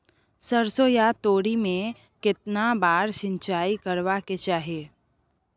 सरसो या तोरी में केतना बार सिंचाई करबा के चाही?